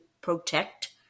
protect